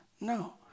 No